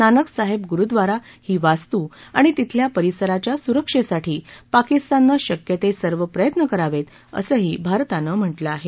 नानक साहेब गुरुद्वारा ही वास्तू आणि तिथल्या परिसराच्या सुरक्षेसाठी पाकिस्ताननं शक्य ते सर्व प्रयत्न करावेत असंही भारतानं म्हटलं आहे